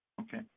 Okay